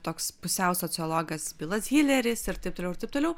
toks pusiau sociologas bilas hileris ir taip toliau ir taip toliau